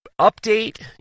update